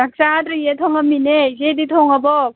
ꯆꯥꯛ ꯆꯥꯗ꯭ꯔꯤꯌꯦ ꯊꯣꯡꯉꯝꯃꯤꯅꯦ ꯏꯆꯦꯗꯤ ꯊꯣꯡꯉꯕꯣ